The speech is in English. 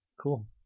Cool